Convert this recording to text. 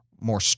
more